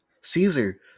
Caesar